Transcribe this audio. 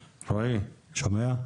בבקשה.